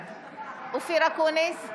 אופיר אקוניס,